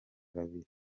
babiri